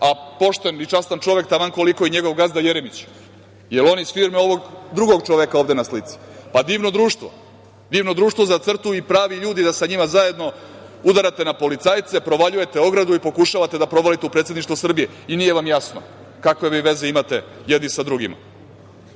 a pošten i častan čovek taman koliko i njegov gazda Jeremić? Jel on iz firme ovog drugog čoveka ovde na slici? Pa, divno društvo, divno društvo za CRTU i pravi ljudi da sa njima zajedno udarate na policajce, provaljujete ogradu i pokušavate da provalite u Predsedništvo Srbije i nije vam jasno kakve vi veze imate jedni sa drugima.